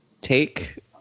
take